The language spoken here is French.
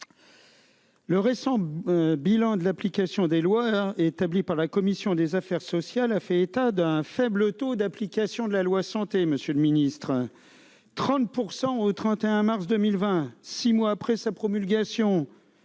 Le récent bilan de l'application des lois établi par la commission des affaires sociales a fait état d'un faible taux d'application de cette loi, monsieur le ministre : 30 % au 31 mars 2020, soit six mois après sa promulgation,